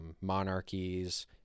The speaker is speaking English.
monarchies